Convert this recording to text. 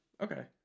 Okay